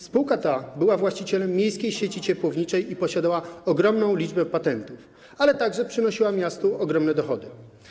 Spółka ta była właścicielem miejskiej sieci ciepłowniczej i posiadała ogromną liczbę patentów, ale także przynosiła miastu ogromne dochody.